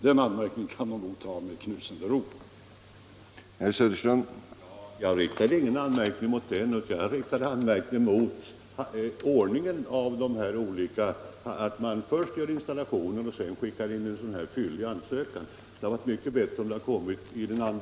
Den anmärkningen kan de nog ta med knusende ro.